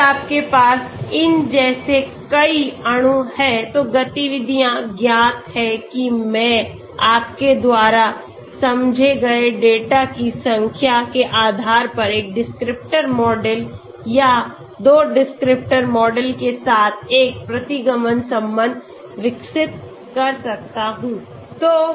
अगर आपके पास इन जैसे कई अणु हैं तो गतिविधियां ज्ञात हैं कि मैं आपके द्वारा समझे गए डेटा की संख्या के आधार पर एक डिस्क्रिप्टर मॉडल या 2 डिस्क्रिप्टिव मॉडल के साथ एक प्रतिगमन संबंध विकसित कर सकता हूं